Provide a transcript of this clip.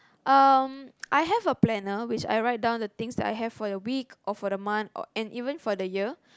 um I have a planner which I write down the things I have for the week or for the month or and even for the year